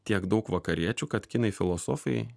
tiek daug vakariečių kad kinai filosofai